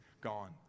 gone